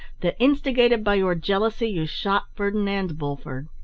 that, instigated by your jealousy, you shot ferdinand bulford.